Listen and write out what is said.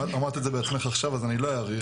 אמרת את זה בעצמך עכשיו אז אני לא אאריך,